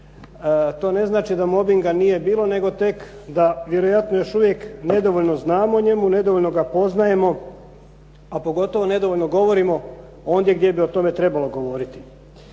To ne znači da mobinga nije bilo, nego tek da vjerojatno još uvijek nedovoljno znamo o njemu, nedovoljno ga poznajemo, a pogotovo nedovoljno govorimo ondje gdje bi o tome trebalo govoriti.